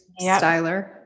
Styler